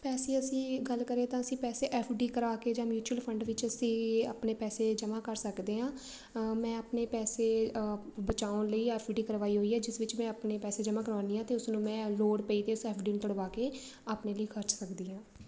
ਪੈਸੇ ਅਸੀਂ ਗੱਲ ਕਰੀਏ ਤਾਂ ਅਸੀਂ ਪੈਸੇ ਐੱਫ ਡੀ ਕਰਵਾ ਕੇ ਜਾਂ ਮਿਊਚੁਅਲ ਫੰਡ ਵਿੱਚ ਅਸੀਂ ਆਪਣੇ ਪੈਸੇ ਜਮ੍ਹਾਂ ਕਰ ਸਕਦੇ ਹਾਂ ਮੈਂ ਆਪਣੇ ਪੈਸੇ ਬਚਾਉਣ ਲਈ ਐੱਫ ਡੀ ਕਰਵਾਈ ਹੋਈ ਹੈ ਜਿਸ ਵਿੱਚ ਮੈਂ ਆਪਣੇ ਪੈਸੇ ਜਮ੍ਹਾਂ ਕਰਵਾਉਂਦੀ ਹਾਂ ਅਤੇ ਉਸਨੂੰ ਮੈਂ ਲੋੜ ਪਈ 'ਤੇ ਉਸ ਐੱਫ ਡੀ ਨੂੰ ਤੁੜਵਾ ਕੇ ਆਪਣੇ ਲਈ ਖਰਚ ਸਕਦੀ ਹਾਂ